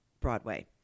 Broadway